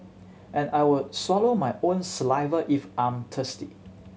and I will swallow my own saliva if I'm thirsty